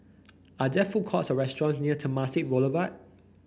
are there food courts or restaurants near Temasek Boulevard